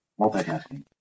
Multitasking